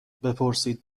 بپرسید